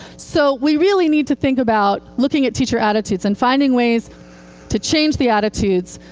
so we really need to think about looking at teacher attitudes and finding ways to change the attitudes,